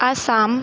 Assam